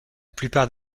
plupart